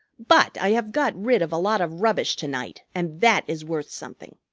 but i have got rid of a lot of rubbish to-night, and that is worth something.